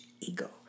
ego